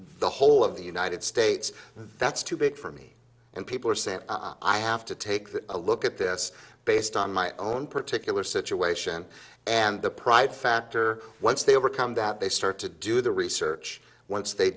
the whole of the united states that's too big for me and people are saying i have to take a look at this based on my own particular situation and the pride factor once they overcome that they start to do the research once they